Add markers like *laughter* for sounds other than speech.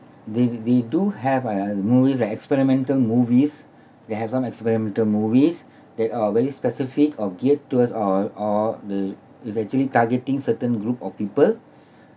they they do have uh movies and experimental movies they have some experimental movies *breath* that are very specific or geared towards or or they is actually targeting certain group of people